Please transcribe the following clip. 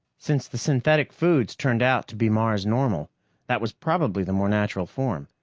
since the synthetic foods turned out to be mars-normal, that was probably the more natural form.